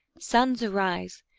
sons, arise!